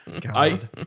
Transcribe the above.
God